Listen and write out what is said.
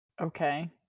Okay